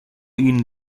ihnen